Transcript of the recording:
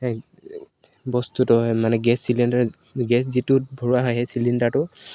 বস্তুটো মানে gas cylinder gas যিটো ভৰা হয় সেই চিলিণ্ডাৰটো